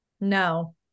No